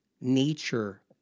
nature